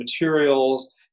materials